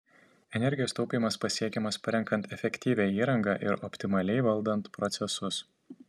energijos taupymas pasiekiamas parenkant efektyvią įrangą ir optimaliai valdant procesus